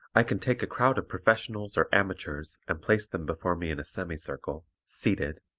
i can take a crowd of professionals or amateurs and place them before me in a semi-circle, seated